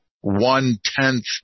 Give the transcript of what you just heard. one-tenth